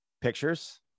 Pictures